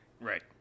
Right